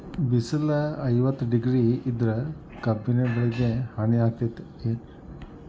ಬಿಸಿಲ ಐವತ್ತ ಡಿಗ್ರಿ ಇದ್ರ ಕಬ್ಬಿನ ಬೆಳಿಗೆ ಹಾನಿ ಆಕೆತ್ತಿ ಏನ್?